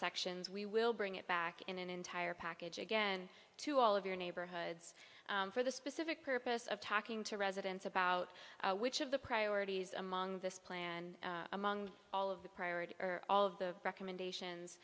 sections we will bring it back in an entire package again to all of your neighborhoods for the specific purpose of talking to residents about which of the priorities among this plan among all of the priorities are all of the recommendations